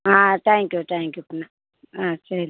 ஆ thank you thank you பின்னே ஆ சரி